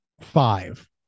five